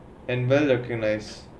and well recognised